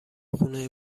خونه